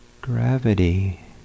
gravity